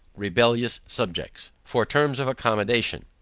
rebellious subjects, for terms of accommodation.